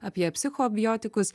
apie psichobiotikus